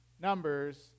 Numbers